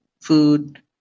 food